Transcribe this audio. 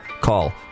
Call